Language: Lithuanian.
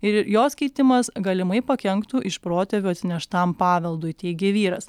ir jos keitimas galimai pakenktų iš protėvių atsineštam paveldui teigė vyras